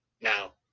now